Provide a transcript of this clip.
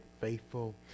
faithful